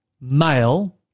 male